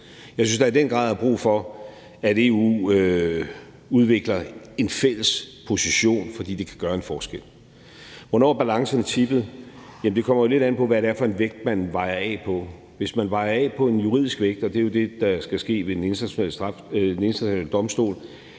Jeg synes, at der i den grad er brug for, at EU udvikler en fælles position, fordi det kan gøre en forskel. Hvornår er balancen tippet? Jamen det kommer jo lidt an på, hvad det er for en vægt, man vejer af på. Hvis man vejer af på en juridisk vægt – det er jo det, der skal ske ved Den Internationale Domstol